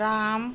tram